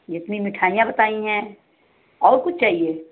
जितनी मिठाइयाँ बताई हैं और कुछ चाहिए